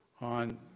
on